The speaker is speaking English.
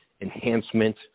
enhancement